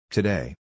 Today